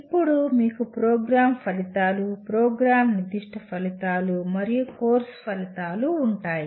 అప్పుడు మీకు ప్రోగ్రామ్ ఫలితాలు ప్రోగ్రామ్ నిర్దిష్ట ఫలితాలు మరియు కోర్సు ఫలితాలు ఉంటాయి